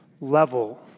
Level